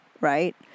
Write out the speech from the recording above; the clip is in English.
Right